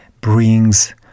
brings